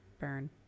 burn